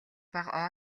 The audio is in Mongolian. бага